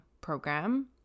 program